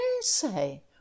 say